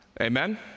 Amen